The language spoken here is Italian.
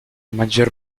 maggior